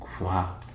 wow